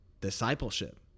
Discipleship